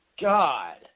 God